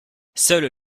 seuls